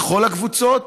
בכל הקבוצות.